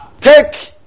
Take